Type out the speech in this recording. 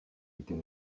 était